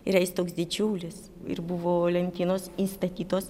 yra jis toks didžiulis ir buvo lentynos įstatytos